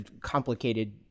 complicated